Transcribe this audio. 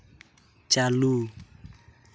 ᱪᱟᱹᱞᱩ